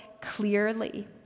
clearly